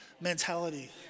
mentality